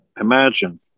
imagine